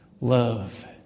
love